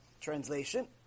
Translation